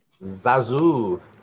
zazu